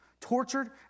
Tortured